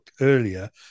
earlier